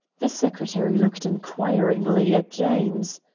the secretary looked inquiringly at james.